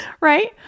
Right